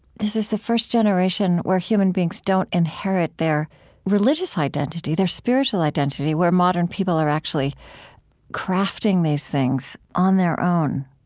this is the first generation where human beings don't inherit their religious identity, their spiritual identity, where modern people are actually crafting these things on their own.